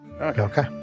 Okay